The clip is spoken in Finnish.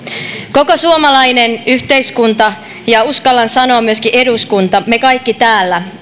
koko suomalainen yhteiskunta ja uskallan sanoa myöskin eduskunta me kaikki täällä